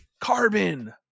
carbon